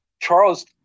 Charles